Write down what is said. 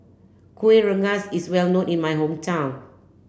Kueh Rengas is well known in my hometown